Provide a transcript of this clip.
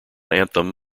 anthem